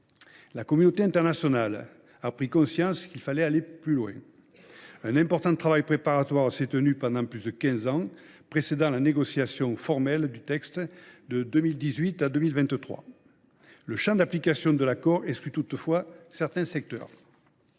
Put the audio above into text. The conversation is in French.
La communauté internationale a pris conscience qu’il fallait aller plus loin. Un important travail préparatoire s’est tenu pendant plus de quinze ans, précédant la négociation formelle du texte de 2018 à 2023. Le champ d’application de l’accord exclut toutefois certains secteurs.